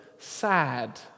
sad